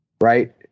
Right